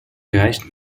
rijst